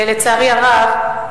לצערי הרב,